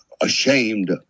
ashamed